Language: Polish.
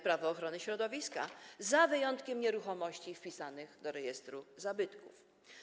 Prawo ochrony środowiska, z wyjątkiem nieruchomości wpisanych do rejestru zabytków.